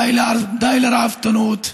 די לרעבתנות.